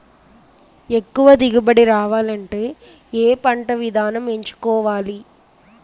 ఎక్కువ దిగుబడి రావాలంటే ఏ పంట విధానం ఎంచుకోవాలి?